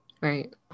Right